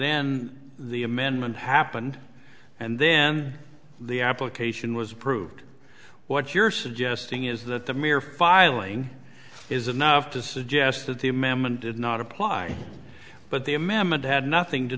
then the amendment happened and then the application was approved what you're suggesting is that the mere filing is enough to suggest that the amendment did not apply but the amendment had nothing to